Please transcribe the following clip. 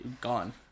gone